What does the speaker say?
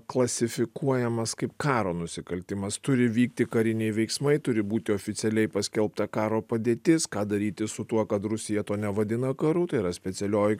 klasifikuojamas kaip karo nusikaltimas turi vykti kariniai veiksmai turi būti oficialiai paskelbta karo padėtis ką daryti su tuo kad rusija to nevadina karu tai yra specialioji